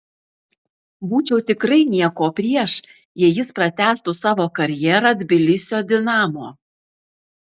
būčiau tikrai nieko prieš jei jis pratęstų savo karjerą tbilisio dinamo